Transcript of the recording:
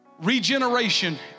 regeneration